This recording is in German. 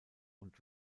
und